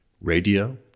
Radio